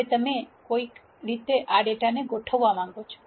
હવે તમે કોઈક રીતે આ ડેટાને ગોઠવવા માંગો છો